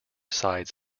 side